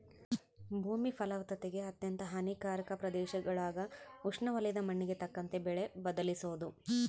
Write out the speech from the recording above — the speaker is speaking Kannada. ಭೂಮಿ ಫಲವತ್ತತೆಗೆ ಅತ್ಯಂತ ಹಾನಿಕಾರಕ ಪ್ರದೇಶಗುಳಾಗ ಉಷ್ಣವಲಯದ ಮಣ್ಣಿಗೆ ತಕ್ಕಂತೆ ಬೆಳೆ ಬದಲಿಸೋದು